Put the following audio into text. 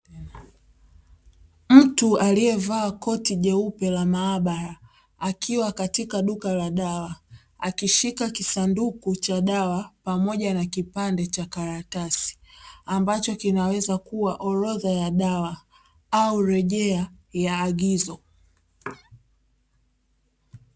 Mtu aliyevaa koti jeupe la maabara, akiwa katika duka la dawa, akishika kisanduku cha dawa pamoja na kipande cha karatasi, ambacho kinaweza kuwa orodha ya dawa, au rejea ya agizo.